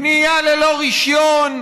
בנייה ללא רישיון,